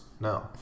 No